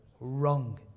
wrong